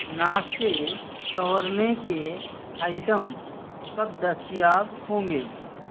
ناشتہ سورنے کے آئٹم کب دستیاب ہوں گے